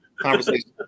conversation